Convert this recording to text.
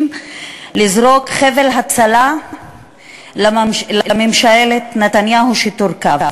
לזרוק חבל הצלה לממשלת נתניהו שתורכב,